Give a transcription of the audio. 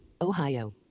Ohio